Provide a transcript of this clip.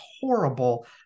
horrible